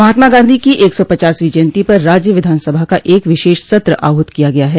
महात्मा गांधी की एक सौ पचासवीं जयन्ती पर राज्य विधानसभा का एक विशेष सत्र आहूत किया गया है